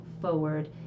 forward